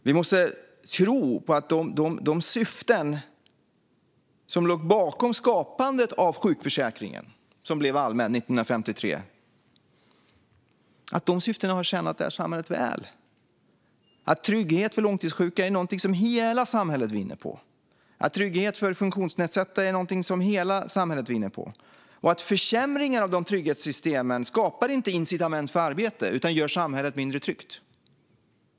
Vi måste tro på att de syften som låg bakom skapandet av sjukförsäkringen, som blev allmän 1953, har tjänat detta samhälle väl, att trygghet för långtidssjuka och funktionsnedsatta är något som hela samhället vinner på och att försämringar av trygghetssystemen inte skapar incitament för arbete utan gör samhället mindre tryggt.